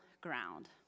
ground